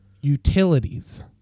utilities